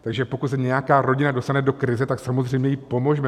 Takže pokud se nějaká rodina dostane do krize, tak jí samozřejmě pomozme.